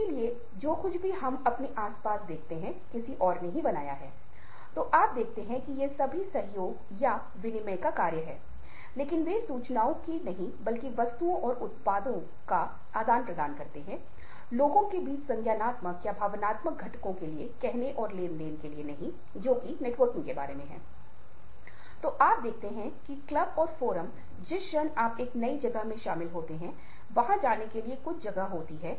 और आपके अनुभव के साथ आपके बदलते भविष्य के साथ आपकी परिपक्वता के साथ जीवन में आपके विकास के साथ आपकी भावनात्मक बुद्धिमत्ता आपकी उम्र के साथ एक सीधा रैखिक वक्र दिखाएगी जो कि आई क्यू के मामले में ऐसा नहीं है